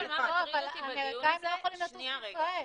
אבל האמריקאים לא יכולים לטוס לישראל.